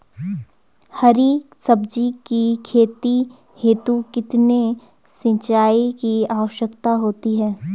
हरी सब्जी की खेती हेतु कितने सिंचाई की आवश्यकता होती है?